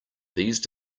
these